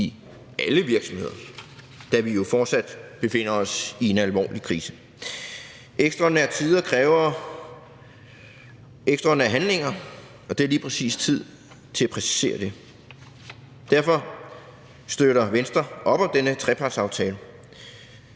i alle virksomheder, da vi jo fortsat befinder os i en alvorlig krise. Ekstraordinære tider kræver ekstraordinære handlinger – og det er lige præcis tid til at præcisere det. Derfor støtter Venstre op om denne trepartsaftale.